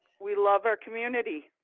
we love our community.